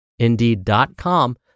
Indeed.com